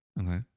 Okay